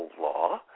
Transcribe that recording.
law